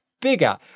bigger